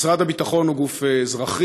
משרד הביטחון הוא גוף אזרחי.